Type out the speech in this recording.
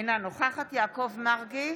אינה נוכחת יעקב מרגי,